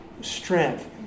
strength